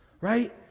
right